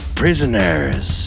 prisoners